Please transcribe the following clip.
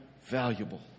valuable